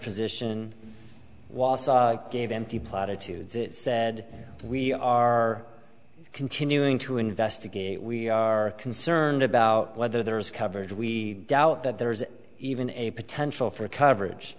position gave empty platitudes it said we are continuing to investigate we are concerned about whether there is coverage we doubt that there is even a potential for coverage